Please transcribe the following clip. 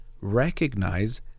Recognize